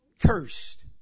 cursed